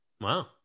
Wow